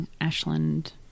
Ashland